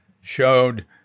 showed